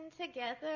together